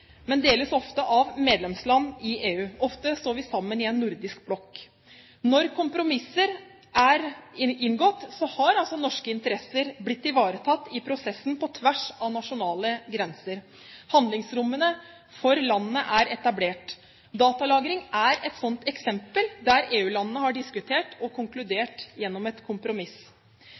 men deles ofte av medlemsland i EU. Ofte står vi sammen i en nordisk blokk. Når kompromisser er inngått, har norske interesser blitt ivaretatt i prosessen på tvers av nasjonale grenser. Handlingsrommet for landene er etablert. Datalagring er et sånt eksempel, der EU-landene har diskutert og konkludert gjennom et kompromiss.